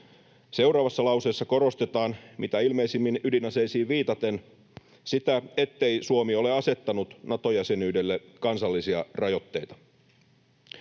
Seuraavassa lauseessa korostetaan mitä ilmeisimmin ydinaseisiin viitaten sitä, ettei Suomi ole asettanut Nato-jäsenyydelle kansallisia rajoitteita.